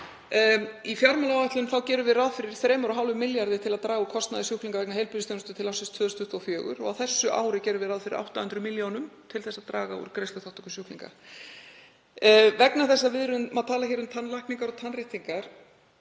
Í fjármálaáætlun gerum við ráð fyrir 3,5 milljörðum til að draga úr kostnaði sjúklinga vegna heilbrigðisþjónustu til ársins 2024 og á þessu ári gerum við ráð fyrir 800 milljónum til að draga úr greiðsluþátttöku sjúklinga. Vegna þess að við erum að tala um tannlækningar og tannréttingar